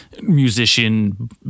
musician